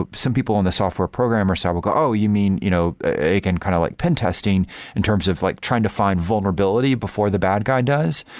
but some people in the software programmer side will go, oh! you mean you know they can kind of like pen testing in terms of like trying to find vulnerability before the bad guy does?